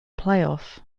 playoff